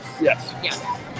Yes